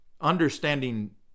understanding